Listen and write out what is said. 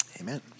Amen